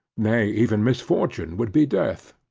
nay even misfortune would be death,